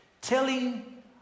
telling